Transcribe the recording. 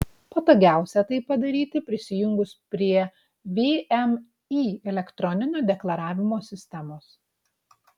patogiausia tai padaryti prisijungus prie vmi elektroninio deklaravimo sistemos